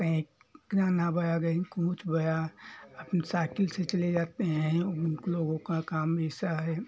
कहे अपनी साथी चले जाते हैं उनको लोगों का काम ऐसा है